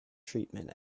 treatment